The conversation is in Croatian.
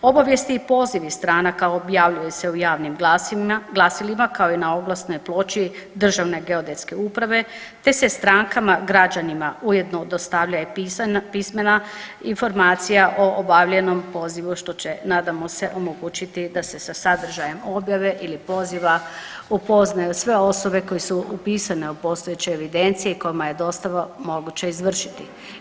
Obavijesti i pozivi stranaka objavljuje se javnim glasilima, kao i na oglasnoj ploči DGU-a te se strankama građanima ujedno dostavlja i pismena informacija o obavljenom pozivu, što će, nadamo se, omogućiti da se sa sadržajem objave ili poziva upoznaju sve osobe koje su upisane u postojeće evidencije i kojima je dostava moguće izvršiti.